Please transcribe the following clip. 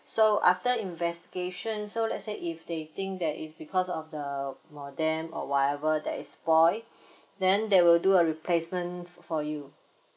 so after investigation so let's say if they think that it's because of the modem or whatever that is spoiled then they will do a replacement for you